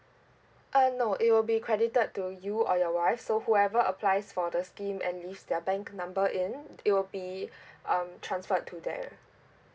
uh no it will be credited to you or your wife so whoever applies for the scheme and list their bank number in it will be um transferred to there